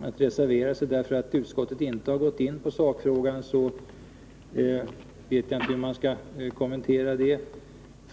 att reservera sig därför att utskottet inte har gått in på sakfrågan, vet jag inte hur man skall kommentera det.